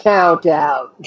Countdown